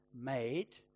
made